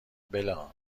بلا